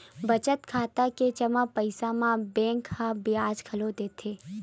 बचत खाता के जमा पइसा म बेंक ह बियाज घलो देथे